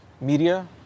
media